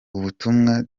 ubutumwa